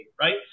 right